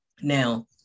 Now